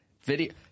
video